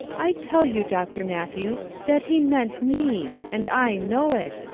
i tell you, dr. matthews, that he meant me, and i know it,